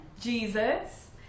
Jesus